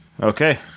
okay